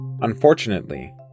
Unfortunately